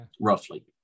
roughly